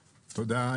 תודה.